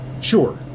Sure